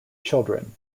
children